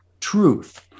truth